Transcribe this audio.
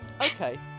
Okay